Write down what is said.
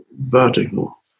vertical